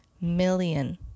million